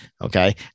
Okay